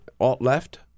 alt-left